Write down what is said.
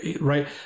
right